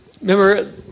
Remember